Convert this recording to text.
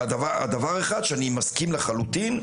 ודבר אחד, ואני מסכים לחלוטין,